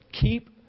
keep